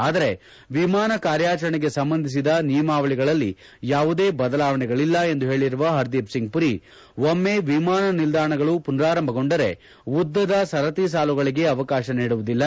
ಆದರೆ ವಿಮಾನ ಕಾರ್ಯಾಚರಣೆಗೆ ಸಂಬಂಧಿಸಿದ ನಿಯಮಾವಳಿಗಳಲ್ಲಿ ಯಾವುದೇ ಬದಲಾವಣೆಗಳಿಲ್ಲ ಎಂದು ಹೇಳಿರುವ ಹರ್ದಿಪ್ಸಿಂಗ್ ಪುರಿ ಒಮ್ಮೆ ವಿಮಾನ ನಿಲ್ದಾಣಗಳು ಪುನರಾರಂಭಗೊಂಡರೆ ಉದ್ದದ ಸರತಿ ಸಾಲುಗಳಿಗೆ ಅವಕಾಶ ನೀಡುವುದಿಲ್ಲ